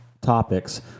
topics